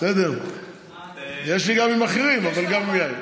יש לי גם עם אחרים, אבל גם עם יאיר.